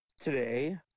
today